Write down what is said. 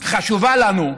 חשובה לנו,